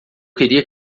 queria